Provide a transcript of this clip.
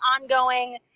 ongoing